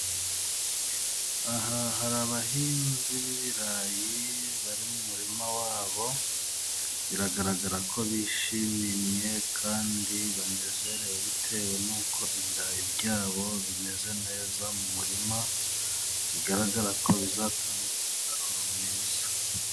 Aha hari abahinzi b'ibirayi bari mu murima wabo, biragaragara ko bishimye kandi banezerewe bitewe n'uko ibirayi byabo bimeze neza mu murima, bigaragara ko bizatanga umusaruro mwiza.